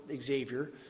Xavier